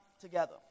together